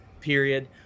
period